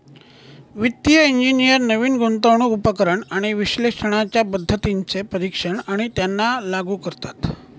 वित्तिय इंजिनियर नवीन गुंतवणूक उपकरण आणि विश्लेषणाच्या पद्धतींचे परीक्षण आणि त्यांना लागू करतात